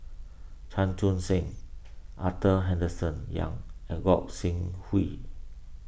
Chan Chun Sing Arthur Henderson Young and Gog Sing Hooi